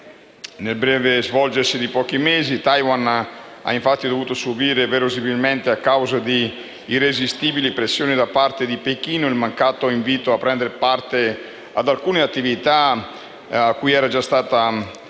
nel breve giro di pochi mesi, Taiwan ha dovuto subire, verosimilmente a causa di irresistibili pressioni da parte di Pechino, il mancato invito a prendere parte ad alcune attività a cui era già stato invitato